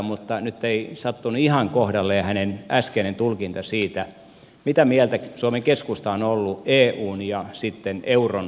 mutta nyt ei sattunut ihan kohdalleen hänen äskeinen tulkintansa siitä mitä mieltä suomen keskusta on ollut eun ja sitten euron perustamisesta